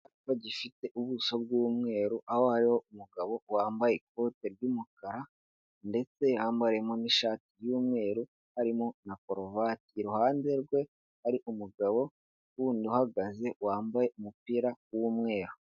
Icyapa gifite ubuso bw'umweru, aho hariho umugabo wambaye ikote ry'umukara, ndetse yambariyemo n'ishati y'umweru harimo na karuvati, iruhande rwe hari umugabo wundi uhagaze wambaye umupira w'umweru.